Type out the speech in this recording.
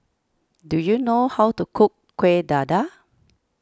do you know how to cook Kuih Dadar